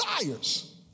desires